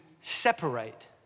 separate